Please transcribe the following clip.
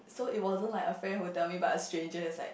so it wasn't like a friend who tell me but a stranger is like